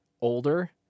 older